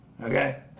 Okay